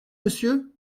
monsieur